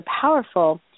powerful